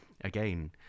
again